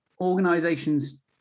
organizations